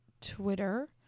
twitter